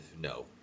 No